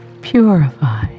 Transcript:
purify